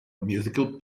musical